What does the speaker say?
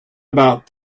about